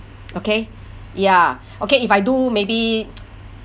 okay ya okay if I do maybe